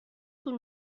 طول